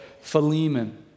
Philemon